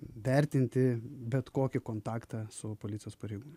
vertinti bet kokį kontaktą su policijos pareigūnais